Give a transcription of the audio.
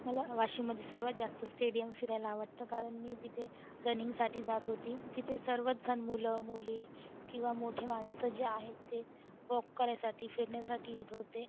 मला वाशिममध्ये सर्वात जास्त स्टेडियम फिरायला आवडतं कारण मी तिथे रनिंगसाठी जात होते तिथे सर्वचजण मुलं मुली किंवा मोठे माणसं जी आहे ते वॉक करायसाठी फिरण्यासाठी येत होते